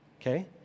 okay